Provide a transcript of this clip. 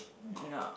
no